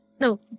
No